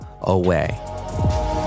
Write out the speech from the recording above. away